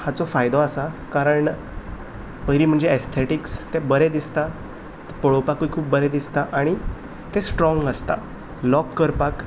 म्हाका तो खेळ आवडटा पळोवपाकूय आनी खेळपाकूय पूण तातून एक जाता की मार बरो पडटा